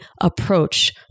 approach